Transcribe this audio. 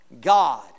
God